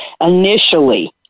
initially